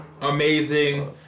amazing